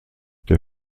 der